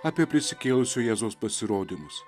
apie prisikėlusio jėzaus pasirodymus